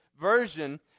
version